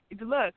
Look